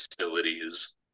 facilities